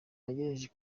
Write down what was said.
nagerageje